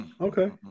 Okay